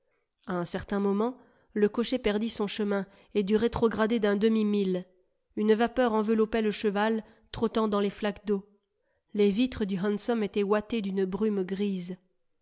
un certain moment le cocher perdit son chemin et dut rétrograder d'un demi-mille une vapeur enveloppait le cheval trottant dans les flaques d'eau les vitres du hansom étaient ouatées d'une brume grise